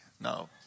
No